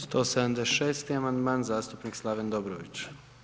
176. amandman zastupnik Slaven Dobrović.